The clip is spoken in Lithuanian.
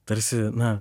tarsi na